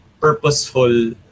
purposeful